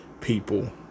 people